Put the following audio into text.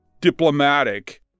diplomatic